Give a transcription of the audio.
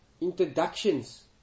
introductions